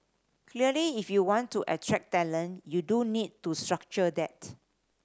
clearly if you want to attract talent you do need to structure that